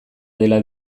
dela